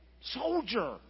Soldier